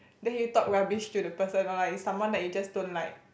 then you talk rubbish to the person or like is someone that you just don't like